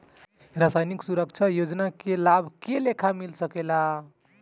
सामाजिक सुरक्षा योजना के लाभ के लेखा मिल सके ला?